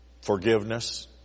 forgiveness